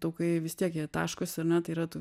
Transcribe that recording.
taukai vis tiek jie taškosi ar ne tai yra tų